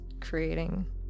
creating